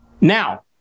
Now